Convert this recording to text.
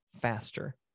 faster